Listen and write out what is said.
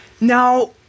Now